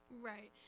Right